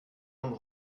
man